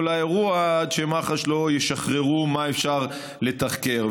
האירוע עד שמח"ש לא ישחררו מה אפשר לתחקר.